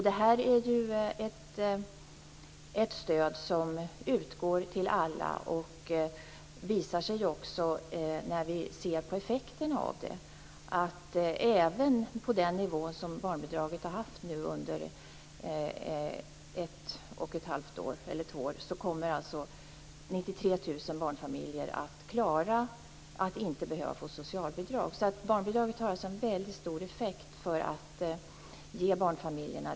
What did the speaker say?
Det här är ett stöd som utgår till alla. Det visar sig när vi ser på dess effekter att även med den nivå som barnbidraget har haft under ungefär två år behöver Barnbidraget har alltså en väldigt stor effekt som stöd till barnfamiljerna.